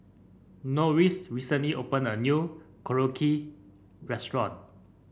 Norris recently opened a new Korokke Restaurant